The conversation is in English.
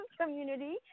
community